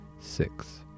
six